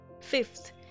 fifth